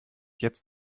jetzt